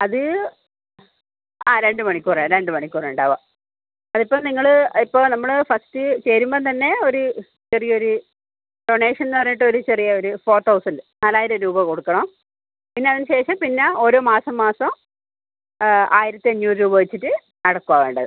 അത് ആ രണ്ട് മണിക്കൂർ രണ്ട് മണിക്കൂർ ഉണ്ടാവുക അത് ഇപ്പോൾ നിങ്ങൾ ഇപ്പോൾ നമ്മൾ ഫസ്റ്റ് ചേരുമ്പം തന്നെ ഒരു ചെറിയ ഒരു ഡോണേഷൻ എന്ന് പറഞ്ഞിട്ട് ചെറിയ ഒരു ഫോർ തൗസൻഡ് നാലായിരം രൂപ കൊടുക്കണം പിന്നെ അതിന് ശേഷം പിന്നെ ഓരോ മാസം മാസം ആയിരത്തഞ്ഞൂറ് രൂപ വെച്ചിട്ട് അടയ്ക്കുവാണ് വേണ്ടത്